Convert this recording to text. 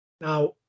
Now